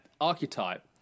archetype